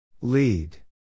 Lead